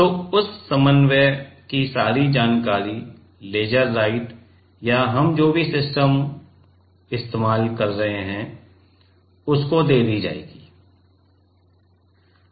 तो उस समन्वयन की सारी जानकारी लेज़र राइटर या हम जो भी सिस्टम इस्तेमाल कर रहे हैं उसे दे दी जाएगी